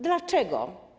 Dlaczego?